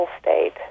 state